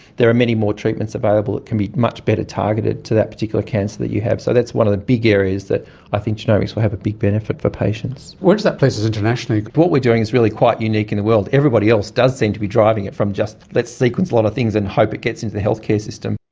there are many more treatments available that can be much better targeted to that particular cancer that you have. so that's one of the big areas that i think genomics will have a big benefit for patients. where does that place us internationally? what we are doing is really quite unique in the world. everybody else does seem to be driving it from just let's sequence a lot of things and hope it gets into the healthcare system.